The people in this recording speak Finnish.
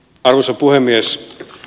arvoisa puhemies